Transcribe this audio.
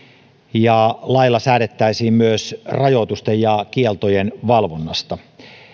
ja lailla säädettäisiin myös rajoitusten ja kieltojen valvonnasta